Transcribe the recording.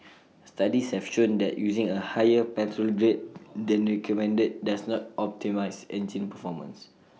studies have shown that using A higher petrol grade than recommended does not optimise engine performance